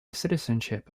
citizenship